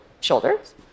shoulders